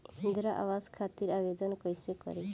इंद्रा आवास खातिर आवेदन कइसे करि?